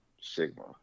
Sigma